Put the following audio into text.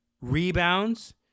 rebounds